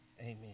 amen